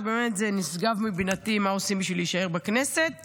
שבאמת זה נשגב מבינתי מה עושים כדי להישאר בכנסת ובממשלה,